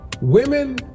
women